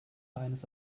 eines